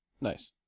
Nice